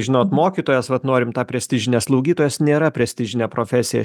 žinot mokytojas vat norim tą prestižinę slaugytojas nėra prestižinė profesija